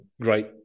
great